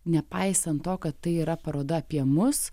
nepaisant to kad tai yra paroda apie mus